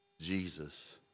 Jesus